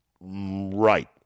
right